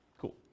Cool